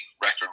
record